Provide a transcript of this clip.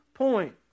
Point